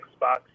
Xbox